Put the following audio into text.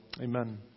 Amen